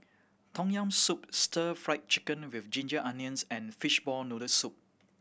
Tom Yam Soup Stir Fried Chicken With Ginger Onions and fishball noodle soup